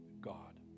God